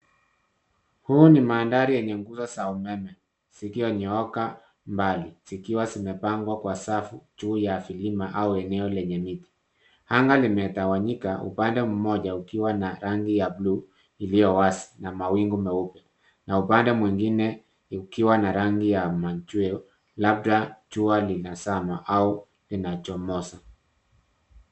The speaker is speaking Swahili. Huu ni maandari enye nguzo za umeme, zilizonyooka mbali zikiwa zimepangwa kwa safu juu ya vilima au eneo lenye miti. Anga limetawanyika upande mmoja ukiwa rangila bluu iliowazi na mawingu meupe na upande mwingine ikiwa na rangi ya machweo labda jua linazama au inachomoza.